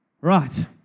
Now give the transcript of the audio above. Right